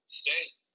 stay